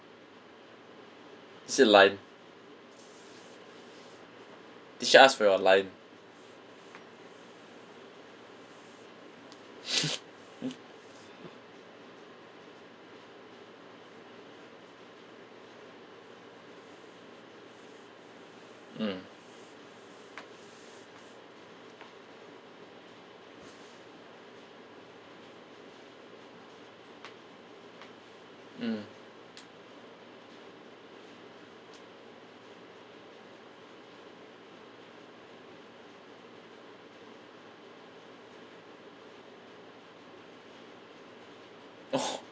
is it line did she ask for your line mm mm oh